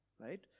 right